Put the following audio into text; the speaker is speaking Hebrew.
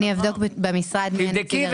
אני אבדוק במשרד מי הנציג הרלוונטי,